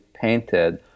painted